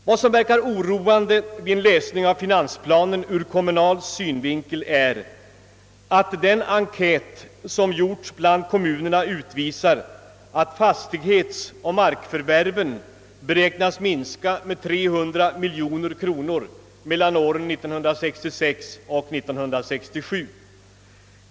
Vad som verkar oroande ur kommunal synvinkel när man läser finansplanen är att den enkät som gjorts bland kommunerna visar att fastighetsoch markförvärven beräknas minska med 300 miljoner kronor från 1966 till 1967.